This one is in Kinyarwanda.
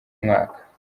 mwaka